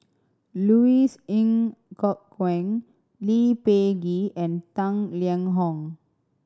Louis Ng Kok Kwang Lee Peh Gee and Tang Liang Hong